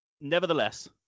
Nevertheless